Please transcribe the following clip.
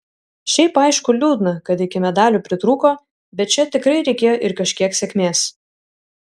šiaip aišku liūdna kad iki medalių pritrūko bet čia tikrai reikėjo ir kažkiek sėkmės